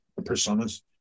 personas